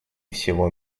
всего